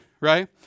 right